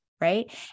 right